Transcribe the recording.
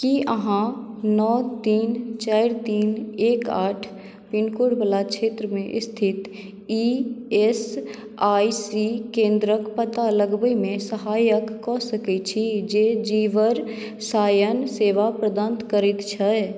की अहाँ नओ तीन चारि तीन एक आठ पिनकोड वला क्षेत्रमे स्थित ई एस आई सी केंद्रक पता लगयबामे सहायता कऽ सकैत छी जे जीवरसायन सेवा प्रदान करैत हो